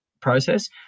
process